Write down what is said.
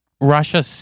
Russia